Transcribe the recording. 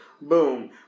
Boom